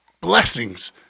Blessings